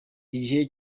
igihe